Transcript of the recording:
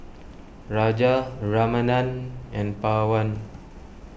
Raja Ramanand and Pawan